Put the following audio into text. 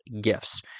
gifts